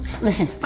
Listen